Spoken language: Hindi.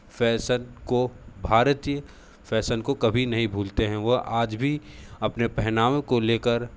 फ़ैशन को भारतीय फ़ैशन को कभी नहीं भूलते हैं वो आज भी अपने पहनावों को लेकर